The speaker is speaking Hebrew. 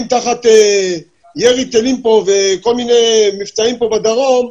תחת ירי טילים וכל מיני מבצעים פה בדרום,